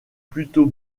plutôt